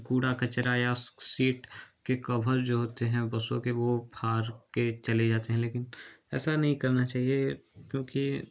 कूड़ा कचरा या सीट के कभर जो होते हैं बसों के वो फाड़ के चले जाते हैं लेकिन ऐसा नही करना चाहिए क्योंकि